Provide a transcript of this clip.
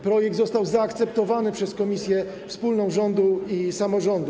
Projekt został zaakceptowany przez komisję wspólną rządu i samorządu.